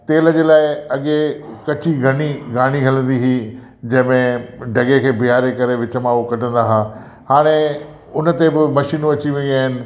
तेल जे लाइ अॻिए कची घनी घाणी हलंदी हुई जंहिंमें ढगे खे बिहारे करे विच मां हो कढंदा हुआ हाणे उन ते बि मशीनूं अची वियूं आहिनि